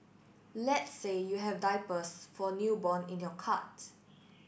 let's say you have diapers for newborn in your cart